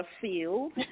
field